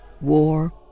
war